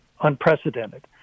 unprecedented